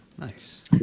Nice